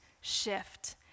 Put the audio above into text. shift